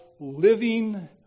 living